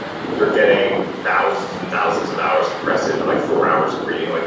you're getting thousands and thousands of hours compressed into like four hours of reading. like